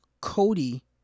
Cody